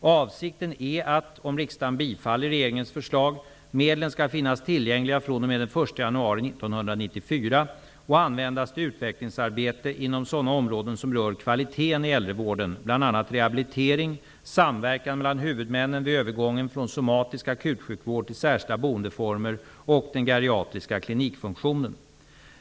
Avsikten är att om riksdagen bifaller regeringens förslag, medlen skall finnas tillgängliga fr.o.m. den 1 januari 1994 och användas till utvecklingsarbete inom sådana områden som rör kvaliteten i äldrevården, bl.a. rehabilitering, samverkan mellan huvudmännen vid övergången från somatisk akutsjukvård till särskilda boendeformer och den geriatriska klinikfunktionen.